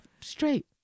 straight